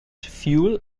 fuel